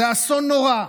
זה אסון נורא,